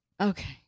okay